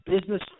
business